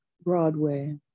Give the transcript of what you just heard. Broadway